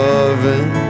Loving